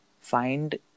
find